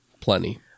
Plenty